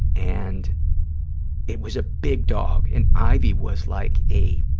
and it was a big dog, and ivy was like a,